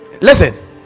Listen